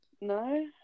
No